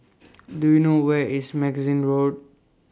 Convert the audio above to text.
Do YOU know Where IS Magazine Road